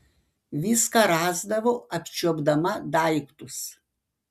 viską rasdavo apčiuopdama daiktus